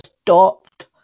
stopped